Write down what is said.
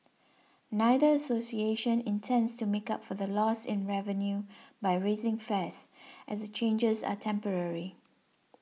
neither association intends to make up for the loss in revenue by raising fares as the changes are temporary